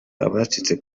abacitse